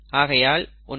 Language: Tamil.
ஆகையால் 12